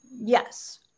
Yes